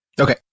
Okay